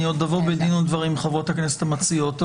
אני עוד אבוא בדברים עם חברות הכנסת המציעות.